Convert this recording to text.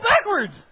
backwards